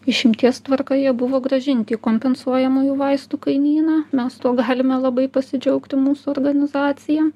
išimties tvarka jie buvo grąžinti į kompensuojamųjų vaistų kainyną mes tuo galime labai pasidžiaugti mūsų organizacija